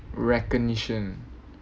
recognition